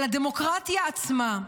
על הדמוקרטיה עצמה.